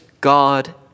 God